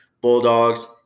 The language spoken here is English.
Bulldogs